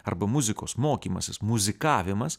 arba muzikos mokymasis muzikavimas